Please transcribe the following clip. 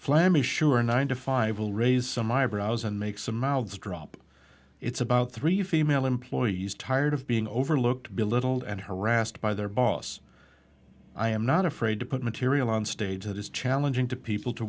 sure nine to five will raise some eyebrows and make some mouths drop it's about three female employees tired of being overlooked belittled and harassed by their boss i am not afraid to put material on stage that is challenging to people to